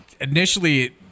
initially